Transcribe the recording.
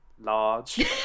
large